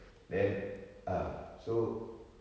then ah so